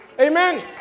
Amen